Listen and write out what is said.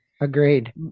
Agreed